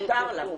מותר לה.